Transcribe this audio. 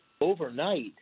overnight